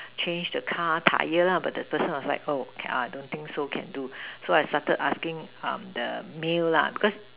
change the car the Tyre lah but the first time oh can I don't think so can do so I sustain asking the meal lah because